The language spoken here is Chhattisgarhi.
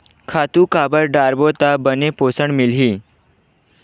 खातु काबर डारबो त बने पोषण मिलही?